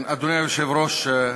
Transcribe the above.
אדוני היושב-ראש,